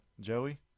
Joey